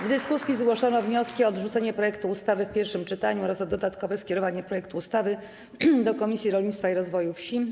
W dyskusji zgłoszono wnioski o odrzucenie projektu ustawy w pierwszym czytaniu oraz o dodatkowe skierowanie projektu ustawy do Komisji Rolnictwa i Rozwoju Wsi.